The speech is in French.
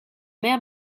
mer